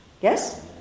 Yes